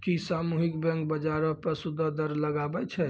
कि सामुहिक बैंक, बजारो पे सूदो दर लगाबै छै?